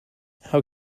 how